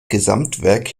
gesamtwerk